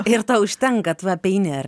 ir to užtenka tu apeini ar